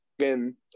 again